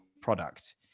product